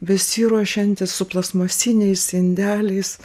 besiruošiantys su plastmasiniais indeliais